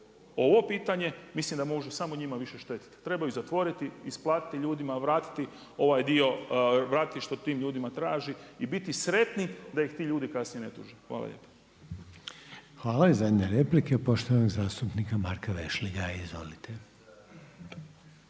ovo pitanje mislim da može samo njima više štetiti. Trebaju zatvoriti, isplatiti ljudima, vratiti ovaj dio, vratiti što ti ljudi traže i biti sretni da ih ti ljudi kasnije ne tuže. Hvala lijepa. **Reiner, Željko (HDZ)** Hvala. I zadnja replika poštovanog zastupnika Marka Vešligaja. Izvolite.